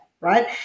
right